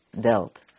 dealt